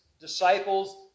disciples